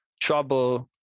trouble